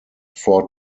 four